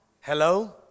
Hello